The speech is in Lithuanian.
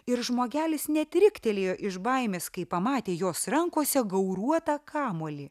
ir žmogelis net riktelėjo iš baimės kai pamatė jos rankose gauruotą kamuolį